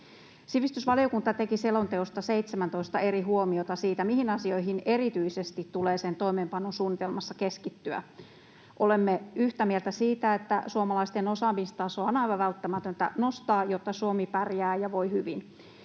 Sivistysvaliokunta teki selonteosta 17 eri huomiota siitä, mihin asioihin erityisesti tulee sen toimeenpanosuunnitelmassa keskittyä. Olemme yhtä mieltä siitä, että suomalaisten osaamistasoa on aivan välttämätöntä nostaa, jotta Suomi pärjää ja voi hyvin.